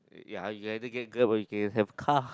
ya you either get Grab or you can have car